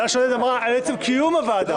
אתה שואל על עצם קיום הוועדה,